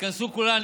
תתכנסו כולם,